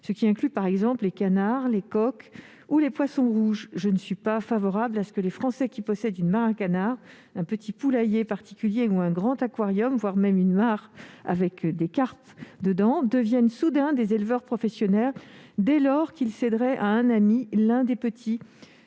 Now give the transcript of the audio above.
ce qui englobe par exemple les canards, les coqs ou les poissons rouges. Je ne suis pas favorable à ce que les Français qui possèdent une mare à canards, un petit poulailler particulier ou un grand aquarium, voire une mare avec des carpes, soient soudainement élevés au rang d'éleveurs professionnels dès lors qu'ils céderaient à un ami l'un des petits